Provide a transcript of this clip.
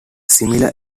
similar